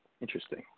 interesting